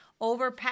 overpack